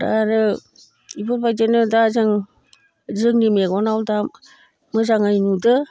दा आरो बेफोरबायदिनो दा जों जोंनि मेगनाव दा मोजाङै नुदों